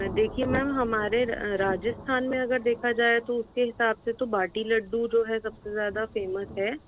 देखिए मैम हमारे राजस्थान में अगर देखा जाए तो उसके हिसाब से तो बाटी लड्डू जो है सबसे ज़्यादा फेमस है